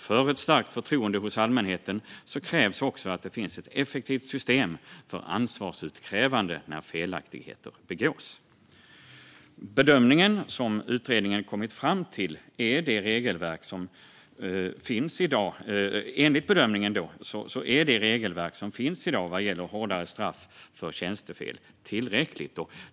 För ett starkt förtroende hos allmänheten krävs också att det finns ett effektivt system för ansvarsutkrävande när felaktigheter begås. Bedömningen som utredningen kommit fram till är att det regelverk som finns i dag vad gäller hårdare straff för tjänstefel är tillräckligt.